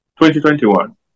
2021